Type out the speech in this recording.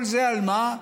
כל זה, על מה?